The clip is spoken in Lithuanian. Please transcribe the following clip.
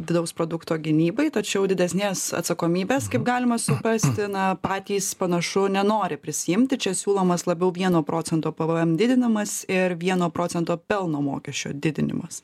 vidaus produkto gynybai tačiau didesnės atsakomybės kaip galima suprasti na patys panašu nenori prisiimti čia siūlomas labiau vieno procento pvm didinamas ir vieno procento pelno mokesčio didinimas